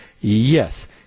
yes